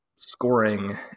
scoring